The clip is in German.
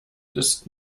ist